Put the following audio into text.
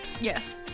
Yes